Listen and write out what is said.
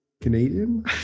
Canadian